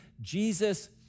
Jesus